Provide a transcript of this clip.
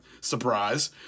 Surprise